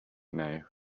now